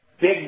big